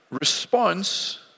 response